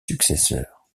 successeurs